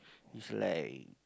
it's like